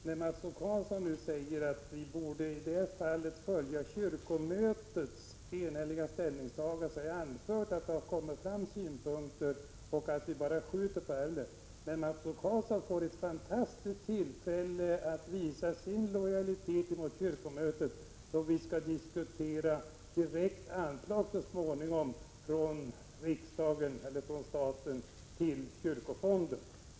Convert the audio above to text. När Mats O Karlsson säger att vi i det här fallet borde följa kyrkomötets enhälliga ställningstagande har jag anfört att det har kommit fram synpunkter och att vi bara skjuter på ärendet. Men Mats O Karlsson får ett fantastiskt tillfälle att visa sin lojalitet mot kyrkomötet då vi så småningom skall diskutera direkta anslag från staten till kyrkofonden.